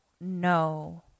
no